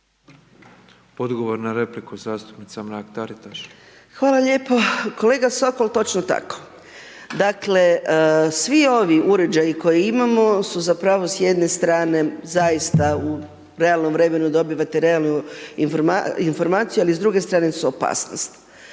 Odgovor na repliku, zastupnica Mrak Taritaš. **Mrak-Taritaš, Anka (GLAS)** Hvala lijepo. Kolega Sokol, točno tako, dakle, svi ovi uređaji koji imamo su zapravo s jedne strane zaista, u realnom vremenu, dobivate realnu informaciju, ali s druge strane su opasnost.